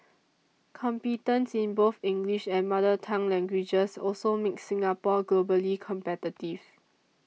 competence in both English and mother tongue languages also makes Singapore globally competitive